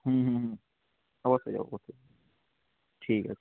হুম হুম হুম অবশ্যই অবশ্যই ঠিক আছে